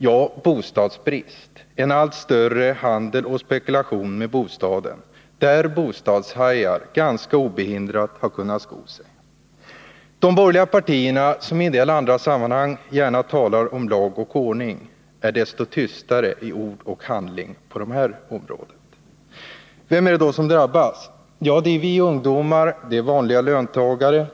Jo, bostadsbrist och en allt större handel och spekulation med bostäder, där bostadshajar ganska obehindrat har kunnat sko sig. De borgerliga partierna, som i en del sammanhang gärna talar stort om lag och ordning, är på detta område desto tystare. Även i handling är de i detta sammanhang återhållsamma. Vilka är det då som drabbas hårdast? Jo, det är vi ungdomar och vanliga löntagare.